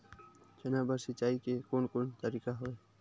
चना बर सिंचाई के कोन कोन तरीका हवय?